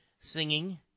singing –